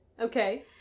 Okay